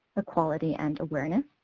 equality and awareness.